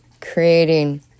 creating